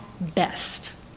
best